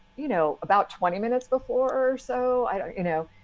you know, about twenty minutes before or so, i don't know.